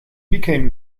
became